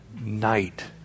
night